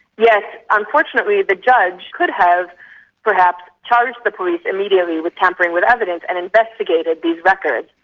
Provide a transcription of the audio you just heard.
yes, unfortunately the judge could have perhaps charged the police immediately with tampering with evidence and investigated these records,